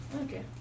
Okay